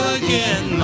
again